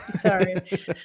Sorry